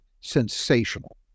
sensational